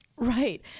Right